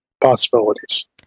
possibilities